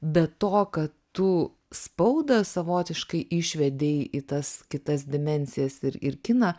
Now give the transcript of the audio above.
be to kad tu spaudą savotiškai išvedei į tas kitas dimensijas ir ir kiną